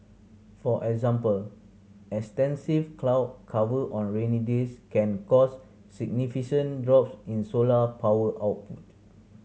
for example extensive cloud cover on rainy days can cause significant drops in solar power output